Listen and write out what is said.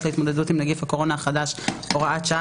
להתמודדות עם נגיף הקורונה החדש (הוראת שעה),